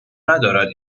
ندارد